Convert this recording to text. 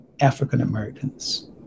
African-Americans